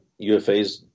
UFAs